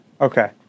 Okay